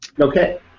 Okay